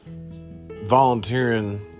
volunteering